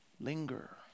Linger